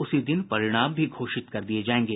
उसी दिन परिणाम भी घोषित कर दिये जायेंगे